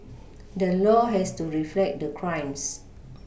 the law has to reflect the crimes